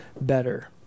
better